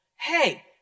Hey